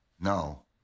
No